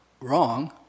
wrong